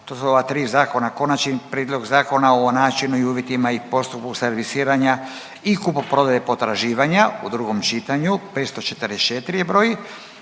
to su ova tri zakona: - Konačni prijedlog Zakona o načinu, uvjetima i postupku servisiranja i kupoprodaje potraživanja, drugo čitanje, P.Z.E. br.